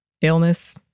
illness